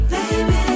Baby